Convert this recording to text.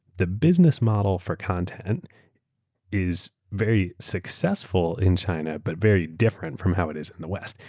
the business model for content is very successful in china but very different from how it is in the west.